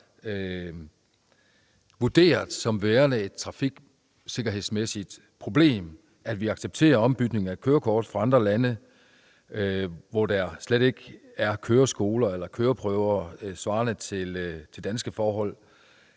vurderet som værende et trafiksikkerhedsmæssigt problem, at vi accepterer ombytning af et kørekort fra andre lande, hvor der slet ikke er køreskoler eller køreprøver svarende til danske forhold;